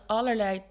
allerlei